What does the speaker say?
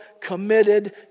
committed